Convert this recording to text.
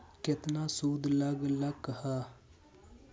केतना सूद लग लक ह?